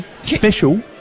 special